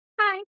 Hi